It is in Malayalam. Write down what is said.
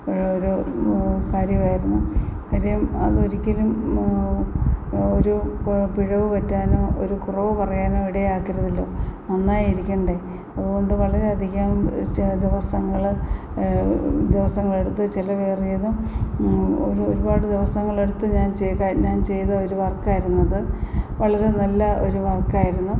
ഒരു കാര്യമായിരുന്നു കാര്യം അത് ഒരിക്കലും ഒരു കോ പിഴവ് പറ്റാനോ ഒരു കുറവു പറയാനോ ഇടയാക്കരുതല്ലോ നന്നായിരിക്കണ്ടേ അതു കൊണ്ട് വളരെയധികം ചെ ദിവസങ്ങൾ ദിവസങ്ങളെടുത്തു ചിലവേറിയതും ഒരു ഒരുപാട് ദിവസങ്ങളെടുത്തു ഞാൻ ചെയ്യുക ഞാൻ ചെയ്ത ഒരു വർക്കായിരുന്നു അത് വളരെ നല്ല ഒരു വർക്കായിരുന്നു